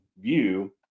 view